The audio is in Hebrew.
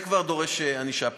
זה כבר דורש ענישה פלילית.